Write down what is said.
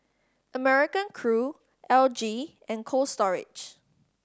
American Crew L G and Cold Storage